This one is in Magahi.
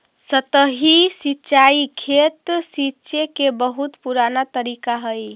सतही सिंचाई खेत सींचे के बहुत पुराना तरीका हइ